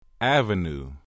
Avenue